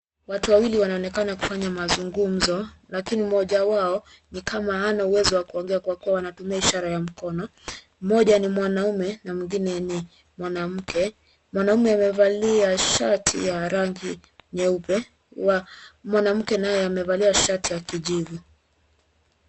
Watu wawiili wanaonekana kufanya mazungumzo, lakini mmoja wao ni kama hana uwezo wa kuongea kwa kuwa anatumia ishara ya mkono. Mmoja ni mwanauume na mwingine ni mwanamke. Mwanaume amevalia shati ya rangi nyeupe, mwanamke naye amevalia shati ya kijivu.